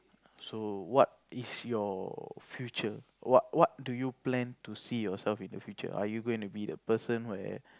so what is your future what what do you plan to see yourself in the future are you gonna be the person where